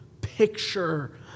picture